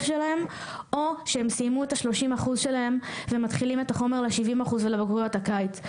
שלהם או שהם סיימו את ה-30% שלהם ומתחילים את החומר ל-70% ולבגרויות הקיץ.